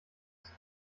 ist